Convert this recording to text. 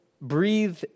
breathe